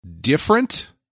different